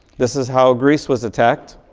this is how greece was attacked